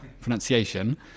pronunciation